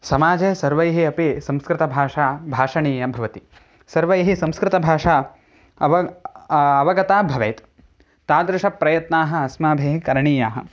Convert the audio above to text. समाजे सर्वैः अपि संस्कृतभाषा भाषणीया भवति सर्वैः संस्कृतभाषा अव अवगता भवेत् तादृशप्रयत्नाः अस्माभिः करणीयाः